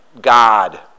God